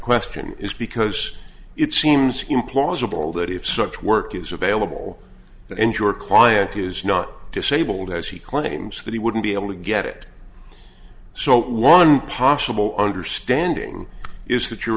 question is because it seems implausible that if such work is available and your client is not disabled as he claims that he wouldn't be able to get it so one possible understanding is that your